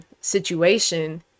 situation